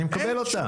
אני מקבל אותן.